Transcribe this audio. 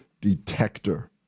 detector